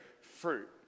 fruit